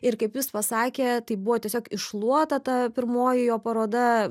ir kaip jis pasakė tai buvo tiesiog iššluota ta pirmoji jo paroda